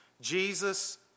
Jesus